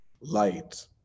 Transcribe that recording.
light